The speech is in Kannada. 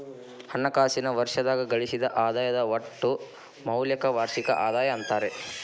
ಹಣಕಾಸಿನ್ ವರ್ಷದಾಗ ಗಳಿಸಿದ್ ಆದಾಯದ್ ಒಟ್ಟ ಮೌಲ್ಯಕ್ಕ ವಾರ್ಷಿಕ ಆದಾಯ ಅಂತಾರ